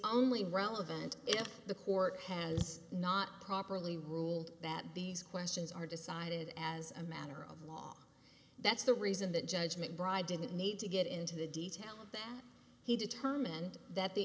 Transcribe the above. only relevant if the court has not properly ruled that these questions are decided as a matter of law that's the reason that judgment bride didn't need to get into the details that he determined that the